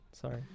Sorry